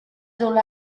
dull